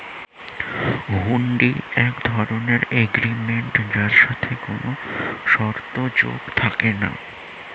হুন্ডি এক ধরণের এগ্রিমেন্ট যার সাথে কোনো শর্ত যোগ থাকে না